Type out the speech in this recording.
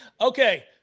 Okay